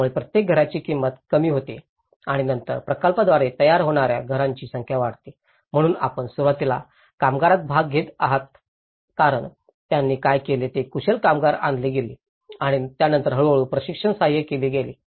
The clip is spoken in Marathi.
यामुळे प्रत्येक घराची किंमत कमी होते आणि नंतर प्रकल्पांद्वारे तयार होणाऱ्या घरांची संख्या वाढते म्हणून आपण सुरुवातीला कामगारात भाग घेत आहात कारण त्यांनी काय केले ते कुशल कामगार आणले गेले आणि त्यानंतर हळूहळू प्रशिक्षणास सहाय्य केले गेले